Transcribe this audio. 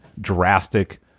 drastic